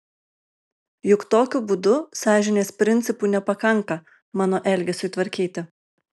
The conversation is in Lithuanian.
juk tokiu būdu sąžinės principų nepakanka mano elgesiui tvarkyti